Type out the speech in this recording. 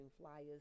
flyers